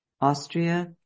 Austria